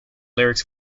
lyrics